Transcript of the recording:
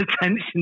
attention